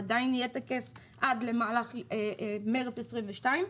ועדיין יהיה תקף עד למהלך מרץ 2022,